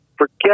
forget